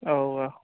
औ औ